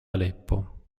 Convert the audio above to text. aleppo